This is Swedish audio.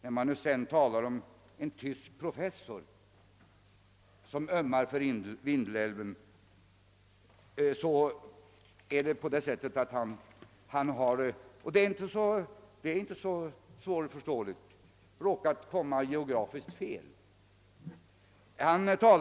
När man sedan talar om en tysk professor som ömmar för Vindelälven, så förhåller det sig på det sättet att han — och det är inte så svårt att förstå — råkat komma geografiskt fel.